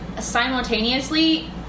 simultaneously